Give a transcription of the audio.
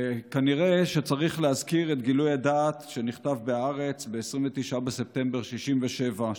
כנראה צריך להזכיר את גילוי הדעת שנכתב בהארץ ב-29 בספטמבר 67',